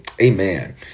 amen